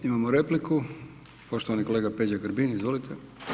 Imamo repliku, poštovani kolega Peđa Grbin, izvolite.